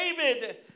David